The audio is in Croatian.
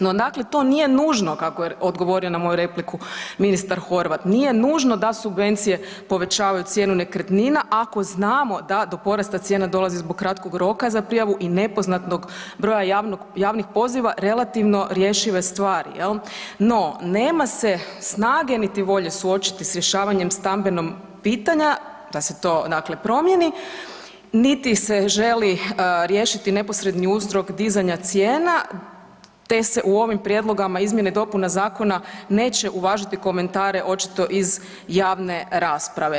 No dakle „to nije nužno“ kako je odgovorio na moju repliku ministar Horvat, nije nužno da subvencije povećaju cijenu nekretnina ako znamo da do porasta cijene dolazi zbog kratkog roka za prijavu i nepoznatog broja javnih poziva, relativno rješive stvari, jel, no nema se snage niti volje suočiti sa rješavanje stambenog pitanja, da se to dakle promijeni, niti se želi riješiti neposredni uzrok dizanja cijena te se u ovim prijedlozima izmjene i dopune zakona neće uvažiti komentare očito iz javne rasprave.